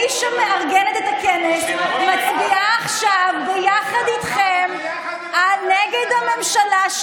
מי שמארגנת את הכנס מצביעה עכשיו יחד איתכם נגד הממשלה,